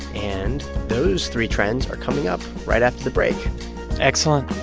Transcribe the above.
and those three trends are coming up right after the break excellent